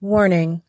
Warning